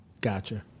Gotcha